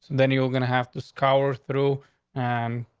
then you're gonna have to scour through and